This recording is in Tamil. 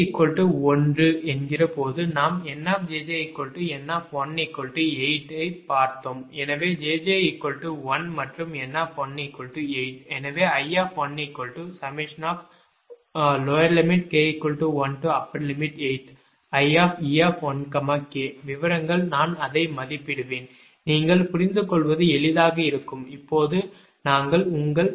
jj 1 போது நாம் NjjN18 ஐப் பார்த்தோம் எனவே jj 1 மற்றும் N18 எனவே I1k18ie1k விவரங்கள் நான் அதை மதிப்பிடுவேன் நீங்கள் புரிந்துகொள்வது எளிதாக இருக்கும் இப்போது நாங்கள் உங்கள் k 12